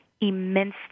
immensely